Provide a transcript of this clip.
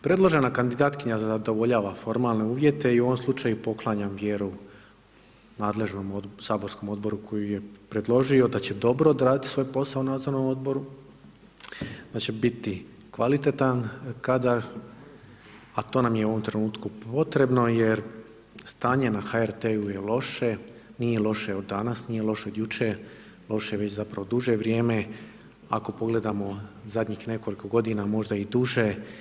Predložena kandidatkinja zadovoljava formalne uvjete i u ovom slučaju poklanjam vjeru nadležnom saborskom odboru koji ju je predložio da će dobro odraditi svoj posao u nadzornom odboru, da će biti kvalitetan kadar, a to nam je u ovom trenutku potrebno jer stanje na HRT-u je loše, nije loše od danas, nije loše od jučer, loše je već zapravo duže vrijeme, ako pogledamo zadnjih nekoliko godina možda i duže.